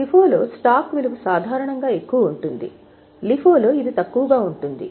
FIFO లో stock విలువ సాధారణంగా ఎక్కువ ఉంటుంది LIFO లో ఇది తక్కువగా ఉంటుంది